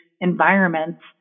environments